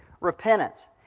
repentance